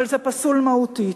אבל זה פסול מהותית.